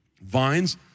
vines